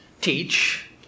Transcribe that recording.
teach